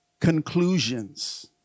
conclusions